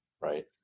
right